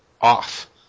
off